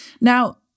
Now